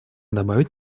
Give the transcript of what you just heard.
добавить